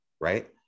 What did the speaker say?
Right